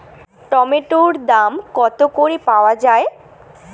টমেটোর দাম কত করে পাওয়া যায়?